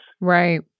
right